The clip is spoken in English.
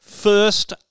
First